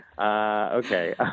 okay